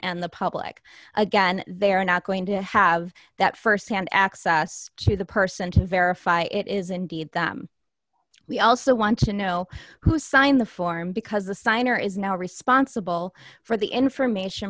and the public again they are not going to have that firsthand access to the person to verify it is indeed that we also want to know who signed the form because the signer is now responsible for the information